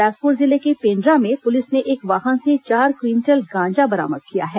बिलासपुर जिले के पेण्ड्रा में पुलिस ने एक वाहन से चार क्विंटल गांजा बरामद किया है